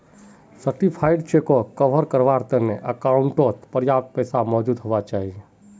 certified चेकोक कवर कारवार तने अकाउंटओत पर्याप्त पैसा मौजूद हुवा चाहि